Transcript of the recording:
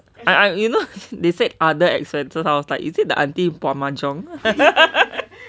I I you know they said other expenses I was like is it the auntie bought mahjong